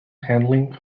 handling